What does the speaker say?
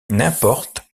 n’importe